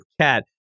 cat